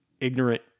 ignorant